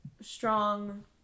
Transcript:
strong